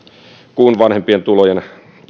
kun vanhempien tulojen